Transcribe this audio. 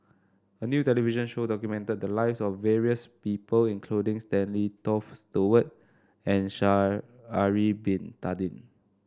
a new television show documented the lives of various people including Stanley Toft Stewart and Sha'ari Bin Tadin